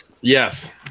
Yes